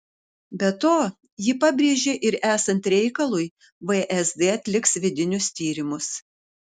be to ji pabrėžė ir esant reikalui vsd atliks vidinius tyrimus